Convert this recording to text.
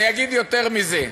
אני אגיד יותר מזה,